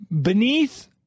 beneath